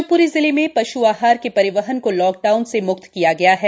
शिवप्री जिले में पश् आहार के परिवहन को लाकडाउन से म्क्त किया है